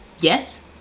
Yes